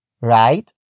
right